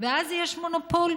ואז יש מונופול,